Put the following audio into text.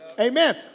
Amen